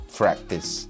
practice